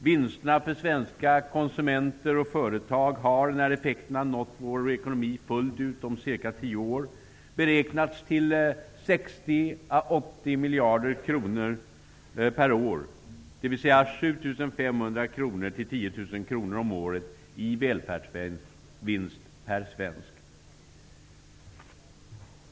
Vinsterna för svenska konsumenter och företag har, när effekterna nått vår ekonomi fullt ut om cirka tio år, beräknats till kr om året i välfärdsvinst per svensk.